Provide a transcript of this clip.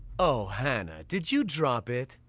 oh, hanah? did you drop it?